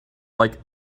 like